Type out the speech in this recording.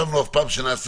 אני אשמח אם נילי תתייחס